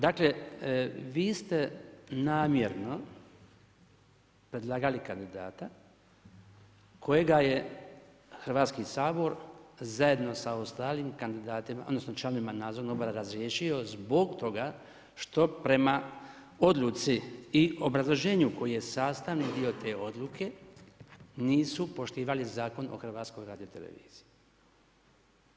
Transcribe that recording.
Dakle vi ste namjerno predlagali kandidata kojega je Hrvatski sabor zajedno sa ostalim kandidatima, odnosno članovima nadzornog odbora razriješio zbog toga što prema odluci i obrazloženju koje je sastavni dio te odluke nisu poštivali Zakon o HRT-u.